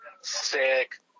Sick